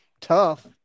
tough